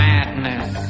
Madness